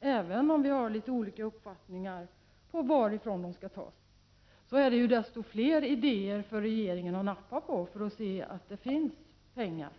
Vi har visserligen litet olika uppfattningar om var dessa pengar skall tas, men det ger ju regeringen desto fler idéer att nappa på. Dessa idéer visar alltså att det finns pengar.